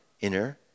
inner